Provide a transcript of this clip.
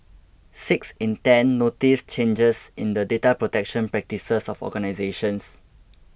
six in ten noticed changes in the data protection practices of organisations